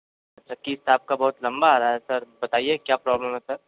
अच्छा किस्त आपका बहुत लम्बा आ रहा है सर बताइए क्या प्रॉब्लम है सर